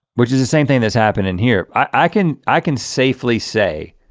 which is the same thing that's happened in here. i can i can safely say